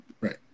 Right